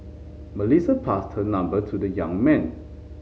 Melissa passed her number to the young man